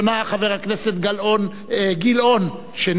חבר הכנסת גילאון שני,